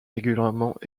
régulièrement